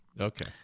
Okay